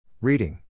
Reading